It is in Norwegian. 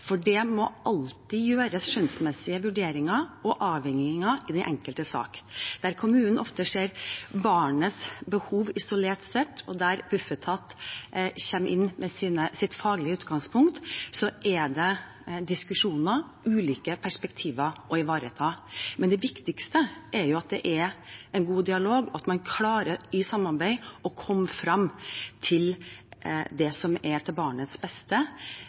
for det må alltid gjøres skjønnsmessige vurderinger og avveininger i den enkelte sak. Der kommunen ofte ser barnets behov isolert og Bufetat kommer inn med sitt faglige utgangspunkt, er det diskusjoner og ulike perspektiver å ivareta. Men det viktigste er at det er en god dialog, og at man klarer i samarbeid å komme frem til det som er til barnets beste